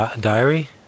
diary